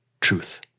truth